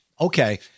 Okay